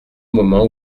moment